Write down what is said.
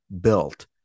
built